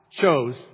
chose